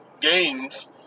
games